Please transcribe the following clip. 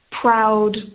proud